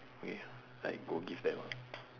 okay I go give them ah